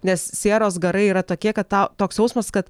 nes sieros garai yra tokie kad tau toks jausmas kad